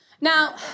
Now